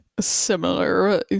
similar